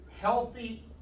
healthy